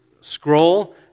scroll